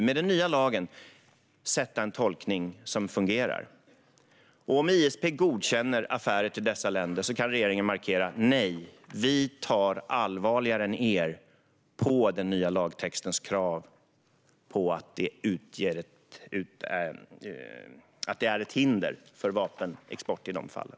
Med den nya lagen kan vi göra en tolkning som fungerar. Om ISP godkänner affärer till dessa länder kan regeringen markera: Nej, vi tar allvarligare än ni på den nya lagtextens krav - de är ett hinder för vapenexport i de fallen.